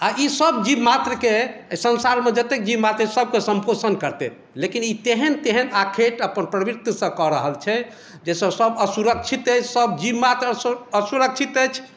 आ ई सभ जीव मात्रके एहि संसारमे जतेक जीव मात्र छै सभके सम्पोषण करतै लेकिन ई तेहन तेहन आखेट अपन प्रवृत्तिसँ कऽ रहल छै जाहिसँ सभ असुरक्षित अछि सभजीव मात्र असुरक्षित अछि